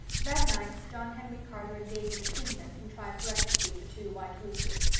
that night john henry carter and davy between them contrived to execute the two white roosters,